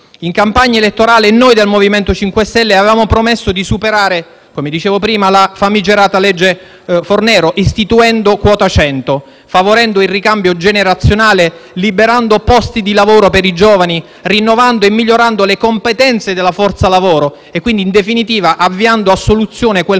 in campagna elettorale avevamo promesso di superare la famigerata legge Fornero, istituendo quota 100, favorendo il ricambio generazionale, liberando posti di lavoro per i giovani, rinnovando e migliorando le competenze della forza lavoro e quindi, in definitiva, avviando a soluzione quel